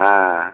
ஆ